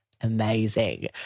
Amazing